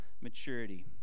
maturity